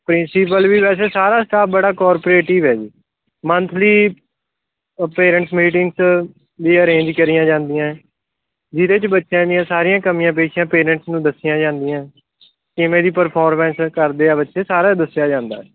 principal ਵੀ ਵੈਸੇ ਸਾਰਾ ਸਟਾਫ਼ ਬੜਾ ਕਾਰਪੋਰੇਟਿਵ ਹੈ ਜੀ ਮੰਥਲੀ ਪੇਰੈਂਟਸ ਮੀਟਿੰਗ ਵੀ ਅਰੇਨਜ ਕਰੀਆਂ ਜਾਂਦੀਆਂ ਜਿਹਦੇ 'ਚ ਬੱਚਿਆਂ ਦੀਆਂ ਸਾਰੀਆਂ ਕਮੀਆਂ ਪੇਸ਼ੀਆਂ ਪੇਰੈਂਟਸ ਨੂੰ ਦੱਸੀਆਂ ਜਾਂਦੀਆਂ ਕਿਵੇਂ ਦੀ ਪਰਫੋਰਮੈਂਸ ਕਰਦੇ ਆ ਬੱਚੇ ਸਾਰਾ ਦੱਸਿਆ ਜਾਂਦਾ